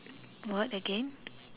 what again